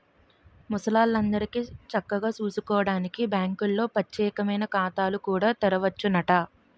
ముసలాల్లందరికీ చక్కగా సూసుకోడానికి బాంకుల్లో పచ్చేకమైన ఖాతాలు కూడా తెరవచ్చునట